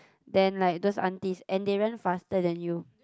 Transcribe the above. then like those aunties and they run faster than you